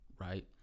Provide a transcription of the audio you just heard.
right